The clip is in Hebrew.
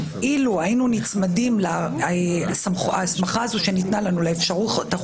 אין זמן לבזבז על הליכים ביורוקרטיים,